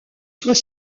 soit